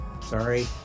Sorry